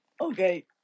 Okay